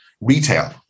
retail